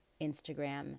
Instagram